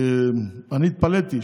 אני התפלאתי,